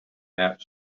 that